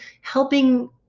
helping